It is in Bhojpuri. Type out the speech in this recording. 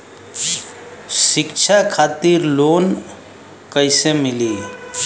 शिक्षा खातिर लोन कैसे मिली?